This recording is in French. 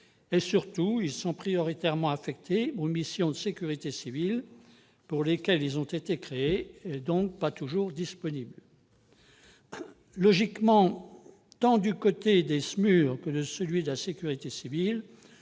Surtout, ils sont prioritairement affectés aux missions de sécurité civile pour lesquelles ils ont été créés, et ne sont donc pas toujours disponibles. Logiquement, du côté tant des SMUR que de la sécurité civile,